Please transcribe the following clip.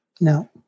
no